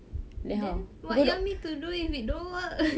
then what do you want me to do if it don't work